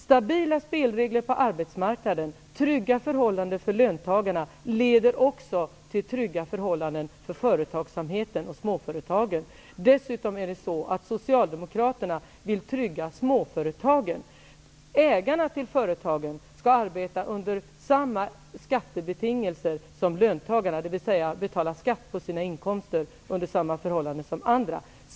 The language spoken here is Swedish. Stabila spelregler på arbetsmarknaden och trygga förhållanden för löntagarna leder också till trygga förhållanden för företagsamheten och småföretagen. Dessutom vill Socialdemokraterna trygga småföretagen. Ägarna till företagen skall arbeta under samma skattebetingelser som löntagarna, dvs. betala skatt på sina inkomster under samma förhållanden som andra.